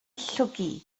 llwgu